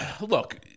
look